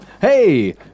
Hey